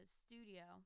studio